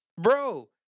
bro